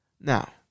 Now